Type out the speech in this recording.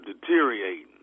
deteriorating